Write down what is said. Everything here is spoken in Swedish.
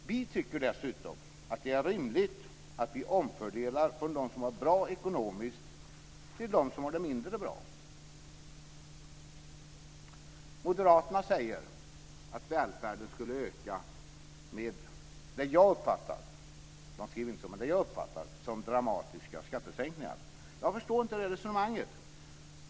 Vi tycker dessutom att det är rimligt att vi omfördelar från dem som har det bra ekonomiskt till dem som har det mindre bra. Moderaterna säger att välfärden skulle öka med, som jag uppfattar det även om man inte skriver det, dramatiska skattesänkningar. Jag förstår inte det resonemanget.